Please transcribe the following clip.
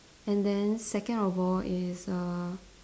and then second of all is err